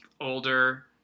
older